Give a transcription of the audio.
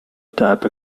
type